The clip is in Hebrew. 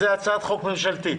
ממשלתית.